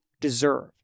deserve